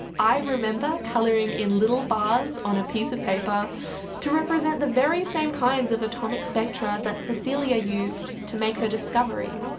i remember colouring in little bars on a piece of paper to represent the same kinds of atomic spectra that cecilia used to make her discovery.